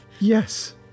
Yes